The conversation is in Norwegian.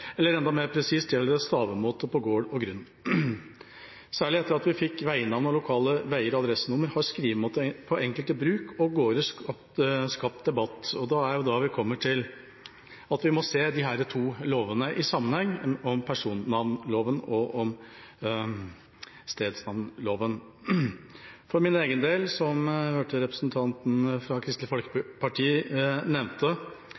eller enda mer presist – det gjelder stavemåten for gård og grunn. Særlig etter at vi fikk veinavn og lokale vei- og adressenummer, har skrivemåten for enkelte bruk og gårder skapt debatt. Det er da vi kommer til at vi må se disse to lovene – personnavnloven og stedsnavnloven – i sammenheng. Jeg hørte representanten for Kristelig Folkeparti